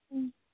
ହୁଁ